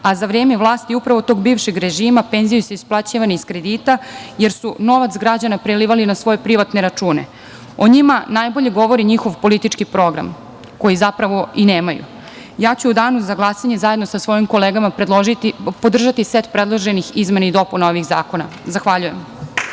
a za vreme vlasti upravo tog bivšeg režima penzije su isplaćivane iz kredita, jer su novac građana prelivali na svoje privatne račune. O njima najbolje govori njihov politički program, koji zapravo i nemaju.U danu za glasanje ću, zajedno sa svojim kolegama, podržati set predloženih izmena i dopuna ovih zakona. Zahvaljujem.